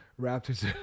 raptors